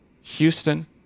Houston